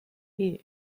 ear